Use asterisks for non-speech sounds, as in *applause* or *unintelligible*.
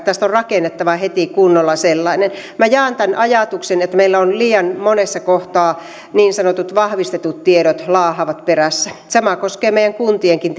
*unintelligible* tästä on rakennettava heti kunnolla sellainen minä jaan tämän ajatuksen että meillä liian monessa kohtaa niin sanotut vahvistetut tiedot laahaavat perässä sama koskee meidän kuntienkin *unintelligible*